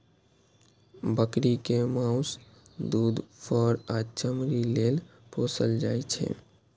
बकरी कें माउस, दूध, फर आ चमड़ी लेल पोसल जाइ छै